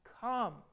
come